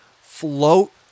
float